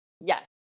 yes